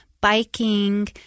biking